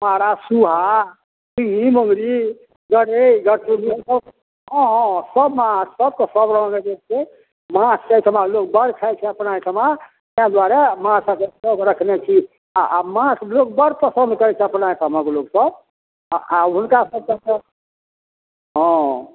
मारा सूहा सिंगी मोगरी गड़ै गड़तो हँ हँ सब माछ सबके सब रङ्ग रेट छै माछ एहिठमा लोक बड़ खाइ छै अपना एहिठमा तहि दुआरे माछ अगर सब रखने छी आ माछ लोग बड़ पसन्द करै छै अपना ठामक लोक सब आ हुनका सबके हँ